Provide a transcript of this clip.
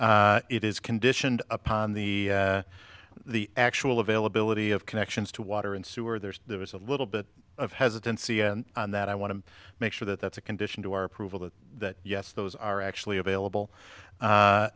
it is conditioned upon the the actual availability of connections to water and sewer there's there was a little bit of hesitancy on that i want to make sure that that's a condition to our approval that yes those are actually available